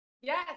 Yes